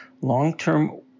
Long-Term